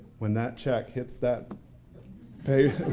when that check hits that pay.